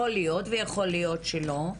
כלומר, יכול להיות ויכול להיות שלא,